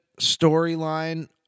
Storyline